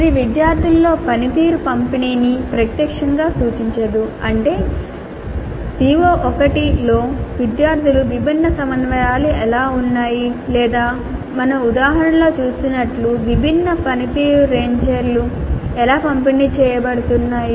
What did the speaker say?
ఇది విద్యార్థులలో పనితీరు పంపిణీని ప్రత్యక్షంగా సూచించదు అంటే CO1 లో విద్యార్థుల విభిన్న సమన్వయాలు ఎలా ఉన్నాయి లేదా మేము ఉదాహరణలో చూసినట్లుగా విభిన్న పనితీరు రేంజర్లు ఎలా పంపిణీ చేయబడుతున్నాయి